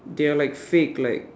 they are like fake like